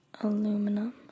Aluminum